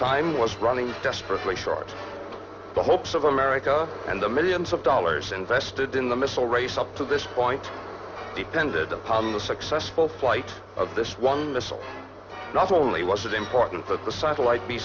sign was running desperately short the hopes of america and the millions of dollars invested in the missile race up to this point depended upon the successful flight of this one missile not only was it important that the satellite be